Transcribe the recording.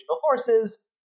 forces